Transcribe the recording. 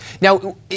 Now